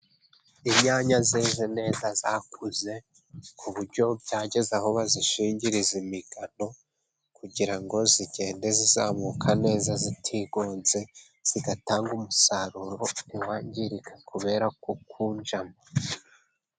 Inyanya zeze neza, zakuze ku buryo byageze aho bazishingiriza imigano, kugira ngo zigende zizamuka neza zitigonze, zigatanga umusaruro ntiwangirike kubera gukunjama.